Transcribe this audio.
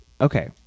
okay